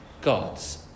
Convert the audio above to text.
gods